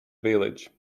village